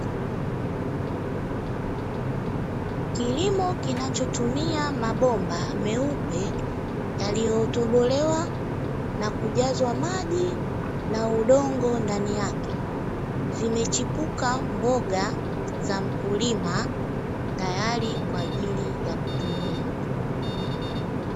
Kilimo kinachotumia mabomba meupe yaliyotobolewa na kujazwa maji na udongo ndani yake, zimechipuka mboga za mkulima tayari kwa ajili ya kutumia.